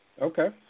Okay